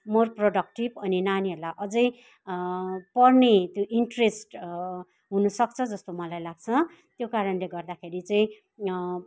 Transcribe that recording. more productive अनि नानीहरूलाई अझै पढ्ने त्यो इन्ट्रेस्ट हुनुसक्छ जस्तो मलाई लाग्छ त्यो कारणले गर्दाखेरि चाहिँ